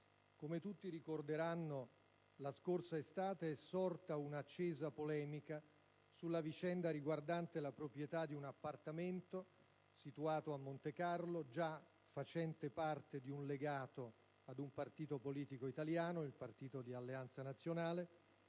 Come tutti ricorderanno, la scorsa estate è sorta un'accesa polemica sulla vicenda riguardante la proprietà di un appartamento situato a Montecarlo, già facente parte di un legato ad un partito politico italiano, Alleanza Nazionale,